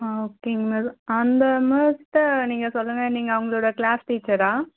ஆ ஓகேங்க மிஸ் அந்த மிஸ்கிட்ட நீங்கள் சொல்லுங்கள் நீங்கள் அவங்களோடய க்ளாஸ் டீச்சரா